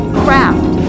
craft